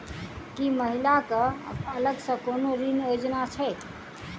की महिला कऽ अलग सँ कोनो ऋण योजना छैक?